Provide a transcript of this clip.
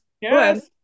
Yes